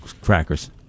crackers